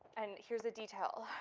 and here's a detail.